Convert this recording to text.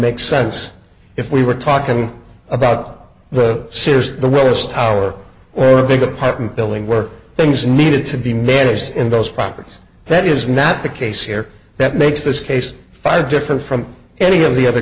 make sense if we were talking about the sears the willis tower or big apartment building where things needed to be managed in those properties that is not the case here that makes this case five different from any of the other